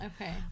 Okay